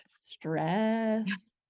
stress